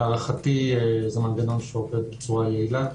להערכתי זה מנגנון שעובד בצורה יעילה,